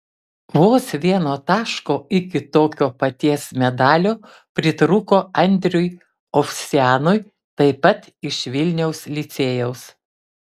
vos vieno taško iki tokio paties medalio pritrūko andriui ovsianui taip pat iš vilniaus licėjaus